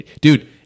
dude